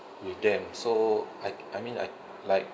with them so I I mean I like